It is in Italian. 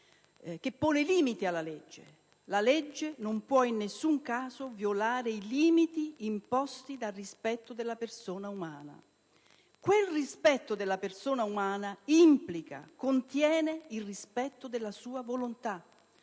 che pone limiti alla legge: «La legge non può in nessun caso violare i limiti imposti dal rispetto della persona umana». Quel rispetto della persona umana implica, contiene, il rispetto della sua volontà,